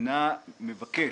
מבקש,